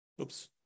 Oops